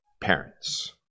parents